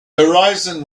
horizon